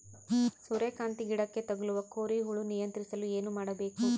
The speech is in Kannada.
ಸೂರ್ಯಕಾಂತಿ ಗಿಡಕ್ಕೆ ತಗುಲುವ ಕೋರಿ ಹುಳು ನಿಯಂತ್ರಿಸಲು ಏನು ಮಾಡಬೇಕು?